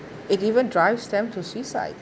it even drives them to suicide